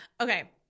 Okay